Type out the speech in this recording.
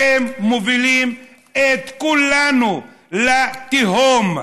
אתם מובילים את כולנו לתהום.